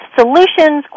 solutions